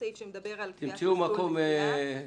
סעיף שמדבר על קביעת מסלול נסיעה,